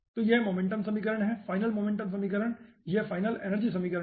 तो यह मोमेंटम समीकरण है फाइनल मोमेंटम समीकरण यह फाइनल एनर्जी समीकरण है